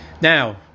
Now